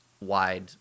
wide